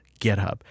GitHub